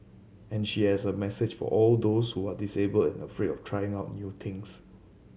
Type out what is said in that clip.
and she has a message for all those who are disabled and afraid of trying out new things